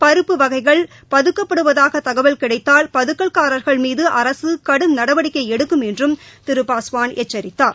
பருப்பு வகைகள் பதுக்கப்படுவதாக தகவல் கிடைத்தால் பதுக்கல்காரர்கள் மீது அரசு கடும் நடவடிக்கை எடுக்கும் என்றும் திரு பாஸ்வான் எச்சரித்தார்